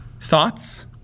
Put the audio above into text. Thoughts